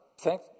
Thank